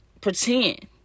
pretend